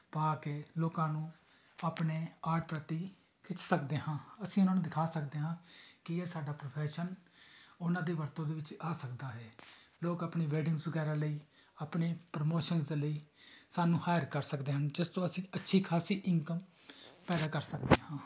ਪਾ ਕੇ ਲੋਕਾਂ ਨੂੰ ਆਪਣੇ ਆਰਟ ਪ੍ਰਤੀ ਖਿੱਚ ਸਕਦੇ ਹਾਂ ਅਸੀਂ ਉਹਨਾਂ ਨੂੰ ਦਿਖਾ ਸਕਦੇ ਹਾਂ ਕਿ ਇਹ ਸਾਡਾ ਪ੍ਰੋਫੈਸ਼ਨ ਉਹਨਾਂ ਦੀ ਵਰਤੋਂ ਦੇ ਵਿੱਚ ਆ ਸਕਦਾ ਹੈ ਲੋਕ ਆਪਣੀ ਵੈਡਿੰਗਸ ਵਗੈਰਾ ਲਈ ਆਪਣੀ ਪ੍ਰਮੋਸ਼ਨਸ ਦੇ ਲਈ ਸਾਨੂੰ ਹਾਇਰ ਕਰ ਸਕਦੇ ਹਨ ਜਿਸ ਤੋਂ ਅਸੀਂ ਅੱਛੀ ਖਾਸੀ ਇਨਕਮ ਪੈਦਾ ਕਰ ਸਕਦੇ ਹਾਂ